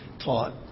taught